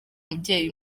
mubyeyi